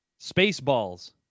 Spaceballs